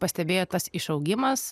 pastebėjo tas išaugimas